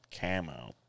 camo